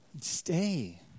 Stay